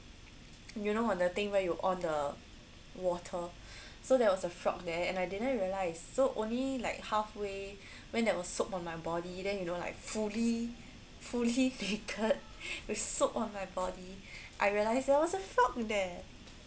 you know one of the thing where you on the water so there was a frog there and I didn't realise so only like halfway when that was soap on my body then you don't like fully fully naked with soap on my body I realised there was a frog there